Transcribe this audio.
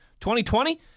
2020